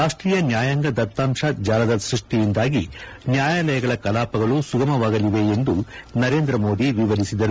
ರಾಷ್ಷೀಯ ನ್ನಾಯಾಂಗ ದತ್ತಾಂಶ ಜಾಲದ ಸ್ಪಷ್ಷಿಯಿಂದಾಗಿ ನ್ನಾಯಾಲಯಗಳ ಕಲಾಪಗಳು ಸುಗಮವಾಗಲಿವೆ ಎಂದು ನರೇಂದ್ರಮೋದಿ ವರಿಸಿದರು